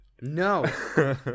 No